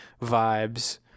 vibes